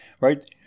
Right